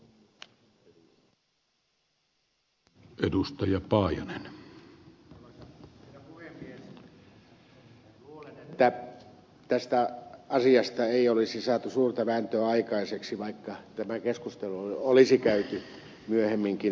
luulen että tästä asiasta ei olisi saatu suurta vääntöä aikaiseksi vaikka tämä keskustelu olisi käyty myöhemminkin syksyllä